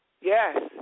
Yes